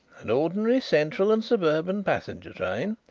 an ordinary central and suburban passenger train,